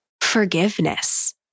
forgiveness